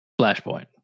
Flashpoint